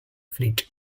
fleet